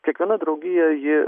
kiekviena draugija ji